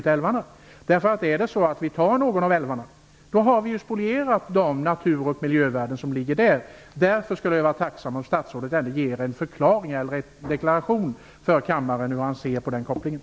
Tar vi någon av älvarna har vi spolierat de naturoch miljövärden som finns. Därför är jag tacksam om statsrådet ändå ger en förklaring eller gör en deklaration för kammaren om hur han ser på den kopplingen.